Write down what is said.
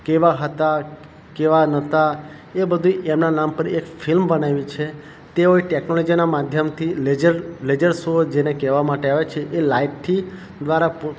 કેવા હતા કેવા નહોતા એ બધુંય એમના નામ પર એક ફિલ્મ બનાવી છે તેઓએ ટેકનોલોજીના માધ્યમથી લેઝર શો જેને કહેવા માટે આવે છે એ લાઈટથી દ્વારા